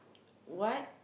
what